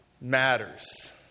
matters